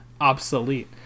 obsolete